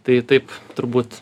tai taip turbūt